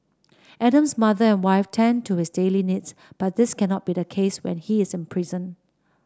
Adam's mother and wife tend to his daily needs but this cannot be the case when he is imprisoned